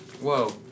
Whoa